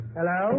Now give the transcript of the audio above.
Hello